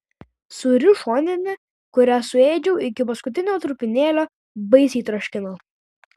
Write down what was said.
sūri šoninė kurią suėdžiau iki paskutinio trupinėlio baisiai troškina